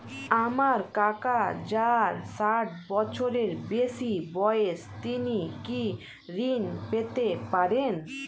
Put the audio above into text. আমার কাকা যার ষাঠ বছরের বেশি বয়স তিনি কি ঋন পেতে পারেন?